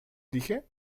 dije